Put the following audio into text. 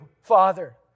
Father